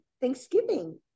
Thanksgiving